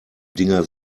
dinger